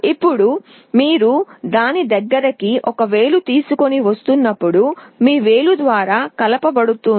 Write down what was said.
ఇప్పుడు మీరు దాని దగ్గరికి ఒక వేలు తీసుకువస్తున్నప్పుడు మీ వేలు ద్వారా కలపడం ఉంటుంది